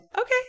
Okay